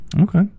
Okay